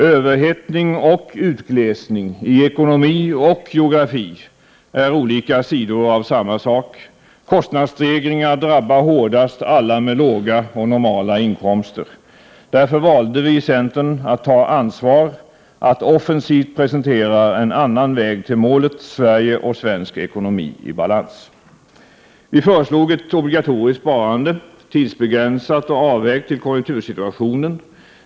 Överhettning och utglesning — i ekonomi och geografi — är olika sidor av samma sak. Kostnadsstegringar drabbar hårdast alla med låga och normala inkomster. Därför valde vi i centern att ta ansvar — att offensivt presentera en annan väg till målet; Sverige och svensk ekonomi i balans. Vi föreslog ett obligatoriskt sparande — tidsbegränsat och avvägt till konjunktursituationen.